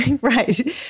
Right